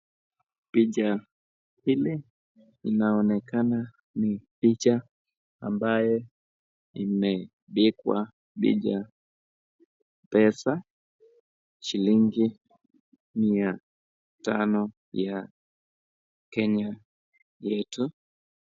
Picha ile inaonekana kua ni picha ambaye imepigwa picha pesa shillingi mia tano ya pesa yetu.